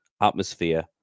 atmosphere